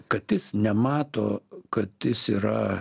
kad jis nemato kad jis yra